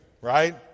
right